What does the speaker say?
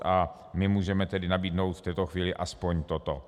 A my můžeme nabídnout v této chvíli aspoň toto.